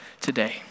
today